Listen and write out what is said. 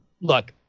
Look